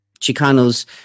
Chicanos